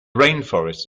rainforests